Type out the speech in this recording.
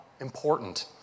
important